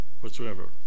whatsoever